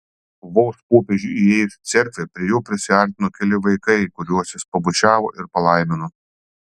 vos popiežiui įėjus į cerkvę prie jo prisiartino keli vaikai kuriuos jis pabučiavo ir palaimino